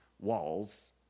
walls